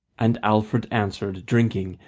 and alfred answered, drinking,